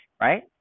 right